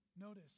Notice